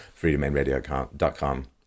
freedomainradio.com